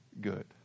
good